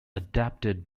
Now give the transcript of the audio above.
adapted